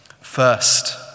First